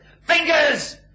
Fingers